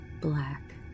black